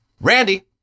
Randy